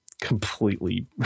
completely